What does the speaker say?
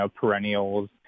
perennials